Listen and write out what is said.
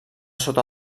sota